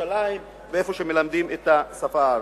בירושלים ובמקום שמלמדים את השפה הערבית.